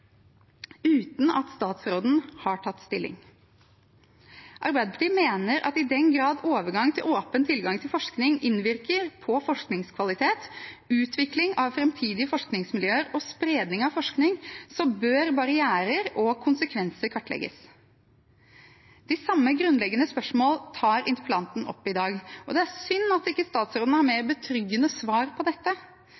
uten at statsråden har tatt stilling. Arbeiderpartiet mener at i den grad overgang til åpen tilgang til forskning innvirker på forskningskvalitet, på utvikling av fremtidige forskningsmiljøer og på spredning av forskning, bør barrierer og konsekvenser kartlegges. De samme grunnleggende spørsmål tar interpellanten opp i dag, og det er synd at statsråden ikke har mer